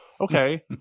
Okay